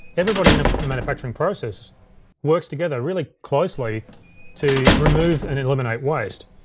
everybody in a manufacturing process works together really closely to remove and eliminate waste.